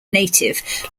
native